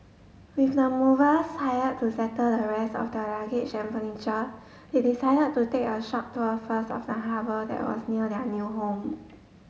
with the movers hired to settle the rest of their luggage and furniture they decided to take a short tour first of the harbour that was near their new home